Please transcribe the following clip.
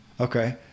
Okay